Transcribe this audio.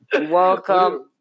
Welcome